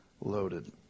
loaded